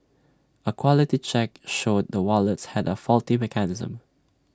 A quality check showed the wallets had A faulty mechanism